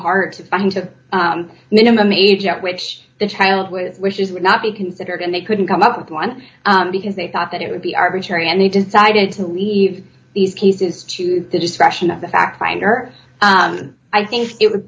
hard to find the minimum age at which the child with wishes would not be considered and they couldn't come up with one because they thought that it would be arbitrary and they decided to leave these cases to the discretion of the fact finder i think it would